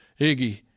Iggy